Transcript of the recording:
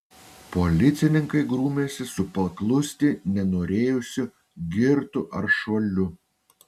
policininkai grūmėsi su paklusti nenorėjusiu girtu aršuoliu